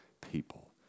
people